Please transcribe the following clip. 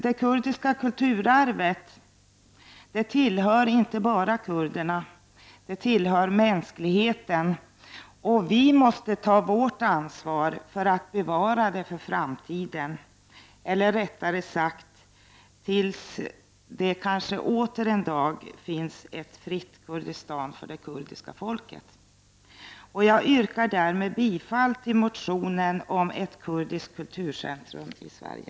Det kurdiska kulturarvet tillhör inte bara kurderna, utan det tillhör mänskligheten. Vi måste ta vårt ansvar för att bevara det för framtiden, eller rättare sagt: tills det åter en dag kanske finns ett fritt Kurdistan för det kurdiska folket. Jag yrkar härmed bifall till motionen om ett kurdiskt kulturcentrum i Sverige.